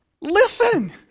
listen